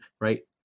right